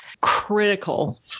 critical